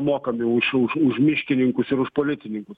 mokami už už už miškininkus ir už policininkus